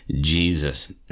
Jesus